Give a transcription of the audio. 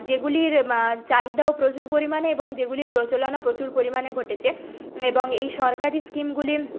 যেগুলির চাহিদাও প্রচুর পরিমাণে এবং যেগুলির প্রচলনও প্রচুর পরিমাণে ঘটেছে এবং এই সরকারি স্কিমগুলি